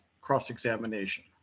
cross-examination